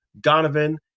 Donovan